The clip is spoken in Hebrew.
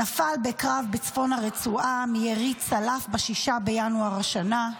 הוא נפל בקרב בצפון הרצועה מירי צלף ב-6 בינואר השנה.